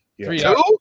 Two